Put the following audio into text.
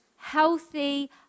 healthy